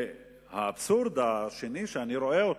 האבסורד השני שאני רואה,